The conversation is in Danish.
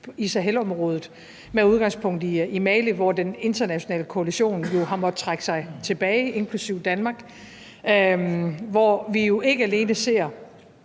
i Sahelområdet med udgangspunkt i Mali, hvor den internationale koalition jo har måttet trække sig tilbage, inklusive Danmark, og hvor vi jo ikke alene ser